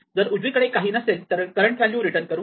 जर उजवीकडे काहीही नसेल तर करंट व्हॅल्यू रिटर्न करू